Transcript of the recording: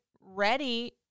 ready